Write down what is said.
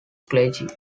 clergy